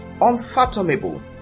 unfathomable